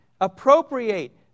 appropriate